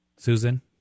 Susan